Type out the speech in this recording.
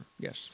yes